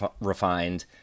refined